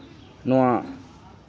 ᱱᱚᱣᱟ